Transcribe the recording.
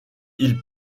ils